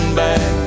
back